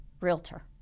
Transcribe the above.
realtor